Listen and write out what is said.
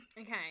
Okay